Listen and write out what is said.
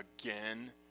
again